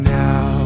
now